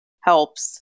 helps